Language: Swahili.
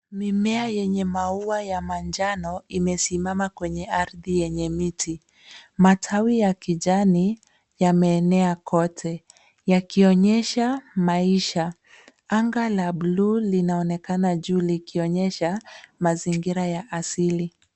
Mimea yenye maua ya manjano imesimama kwenye ardhi yenye miti. Matawi ya kijani yameenea kote, yakionyesha maisha. Anga la bluu linaonekana juu likionyesha mazingira ya asili.